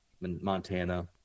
Montana